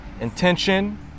intention